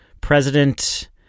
president